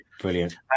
brilliant